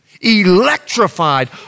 electrified